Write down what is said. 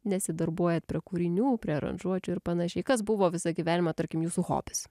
nesidarbuojat prie kūrinių aranžuočių ir panašiai kas buvo visą gyvenimą tarkim jūsų hobis